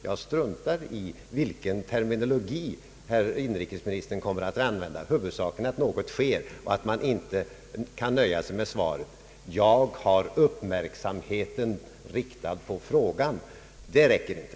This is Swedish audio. Jag struntar i vilken terminologi inrikesministern kommer att använda. Huvudsaken är att någonting sker och att man inte kan nöja sig med svaret: »Jag har uppmärksamheten riktad på frågan» — det räcker inte.